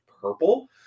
purple